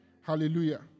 Hallelujah